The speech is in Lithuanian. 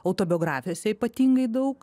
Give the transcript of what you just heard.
autobiografijose ypatingai daug